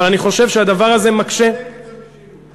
אבל אני חושב שהדבר הזה מקשה, מחזק את המשילות?